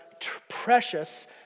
precious